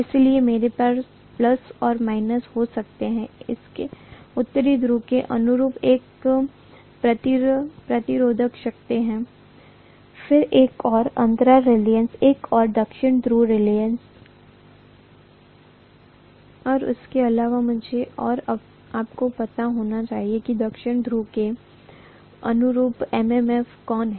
इसलिए मेरे पास प्लस और माइनस हो सकते हैं उत्तरी ध्रुव के अनुरूप एक प्रतिरोध फिर अंतराल रीलक्टन्स हो सकता है फिर रोटर रीलक्टन्स को जान सकते है फिर एक और अंतर रीलक्टन्स एक और दक्षिण ध्रुव रीलक्टन्स और इसके अलावा मुझे और आपको पता होना चाहिए कि दक्षिण ध्रुव के अनुरूप MMF कौन है